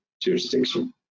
jurisdiction